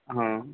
હા